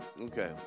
Okay